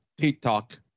TikTok